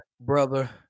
brother